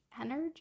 energy